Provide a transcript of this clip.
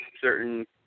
certain